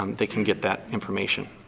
um they can get that information.